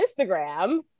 Instagram